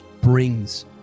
brings